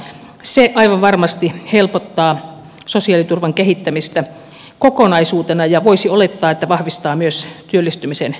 se aivan varmasti helpottaa sosiaaliturvan kehittämistä kokonaisuutena ja voisi olettaa että vahvistaa myös työllistymisen edellytyksiä